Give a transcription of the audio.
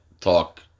talk